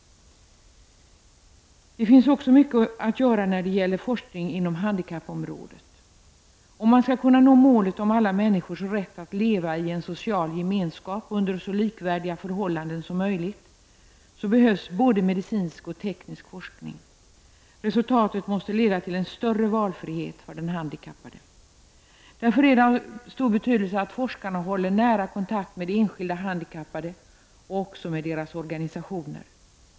Det finns också mycket att göra när det gäller forskning inom handikappområdet. Om man skall kunna nå målet om alla människors rätt att leva i en social gemenskap under så likvärdiga förhållanden som möjligt behövs både medicinsk och teknisk forskning. Resultatet måste bli en större valfrihet för den handikappade. Därför är det av stor betydelse att forskarna håller en nära kontakt med de enskilda handikappade och deras organisationer.